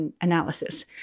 analysis